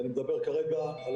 ואני מדבר כרגע על